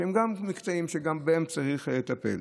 וגם בהם צריך לטפל.